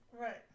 Right